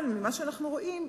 אבל ממה שאנחנו רואים,